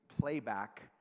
playback